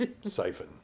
siphon